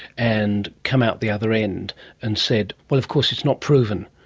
and come out the other end and said, well, of course it's not proven.